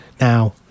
Now